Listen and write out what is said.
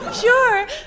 Sure